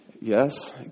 Yes